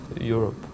Europe